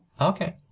Okay